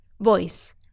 voice